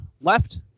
left